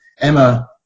Emma